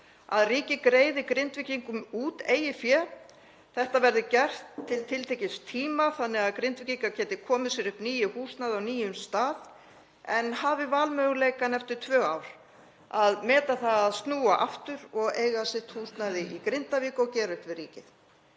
myndi greiða Grindvíkingum út eigið fé. Þetta yrði gert til tiltekins tíma þannig að Grindvíkingar gætu komið sér upp nýju húsnæði á nýjum stað en hefðu þann valmöguleika eftir tvö ár að meta það að snúa aftur og eiga sitt húsnæði í Grindavík og gera upp við ríkið.